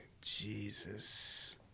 Jesus